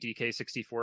DK64